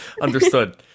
Understood